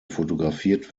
fotografiert